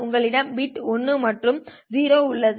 உங்களிடம் பிட் 1 மற்றும் ௦ உள்ளது